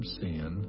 sin